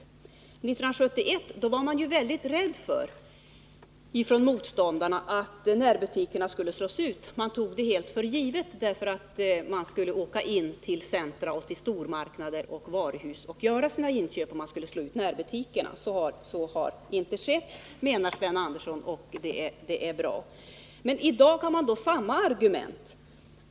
1971 var ju motståndarna mycket rädda för att närbutikerna skulle slås ut. Man tog för givet att närbutikerna skulle slås ut, eftersom man räknade med att folk skulle åka in till centra, stormarknader och varuhus och göra sina inköp. Sven Andersson menar att så inte har skett och att det är bra. I dag kommer man med samma argument.